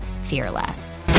fearless